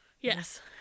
Yes